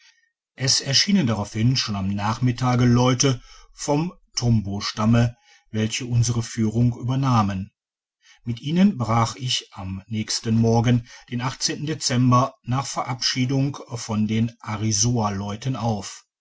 es erschienen darauthin digitized by google schon am nachmittage leute vom tombostamme welche unsere führung tibernahmen mit ihnen brach ich am nächsten morgen den dezember nach verabschiedung von den arisoaleuten auf